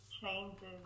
changes